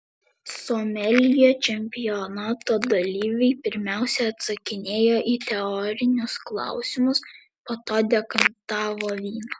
someljė čempionato dalyviai pirmiausia atsakinėjo į teorinius klausimus po to dekantavo vyną